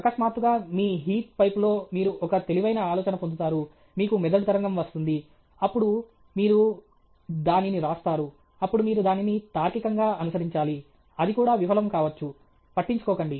అకస్మాత్తుగా మీ హీట్ పైపులో మీరు ఒక తెలివైన ఆలోచన పొందుతారు మీకు మెదడు తరంగం వస్తుంది అప్పుడు మీరు దానిని వ్రాస్తారు అప్పుడు మీరు దానిని తార్కికంగా అనుసరించాలి అది కూడా విఫలం కావచ్చు పట్టించుకోకండి